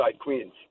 Queens